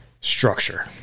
structure